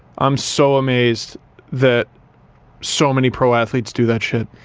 i'm so amazed that so many pro athletes do that shit.